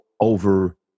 over